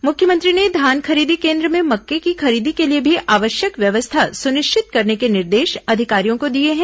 मुख्यमंत्री ने धान खरीदी केन्द्र में मक्के की खरीदी के लिए भी आवश्यक व्यवस्था सुनिश्चित करने के निर्देश अधिकारियों को दिए हैं